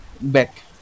back